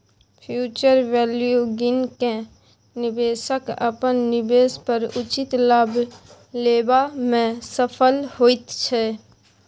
future value गिन केँ निबेशक अपन निबेश पर उचित लाभ लेबा मे सफल होइत छै